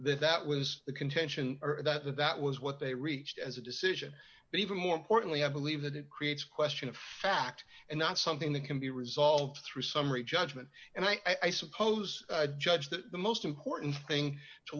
that that was the contention or that that was what they reached as a decision but even more importantly i believe that it creates a question of fact and not something that can be resolved through summary judgment and i suppose i judge that the most important thing to